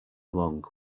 long